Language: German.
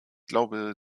glaube